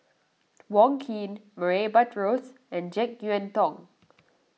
Wong Keen Murray Buttrose and Jek Yeun Thong